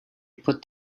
put